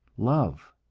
love.